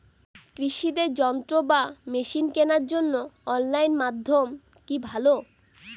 কৃষিদের কোন যন্ত্র বা মেশিন কেনার জন্য অনলাইন মাধ্যম কি ভালো?